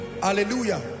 Hallelujah